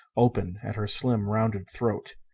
open at her slim, rounded throat.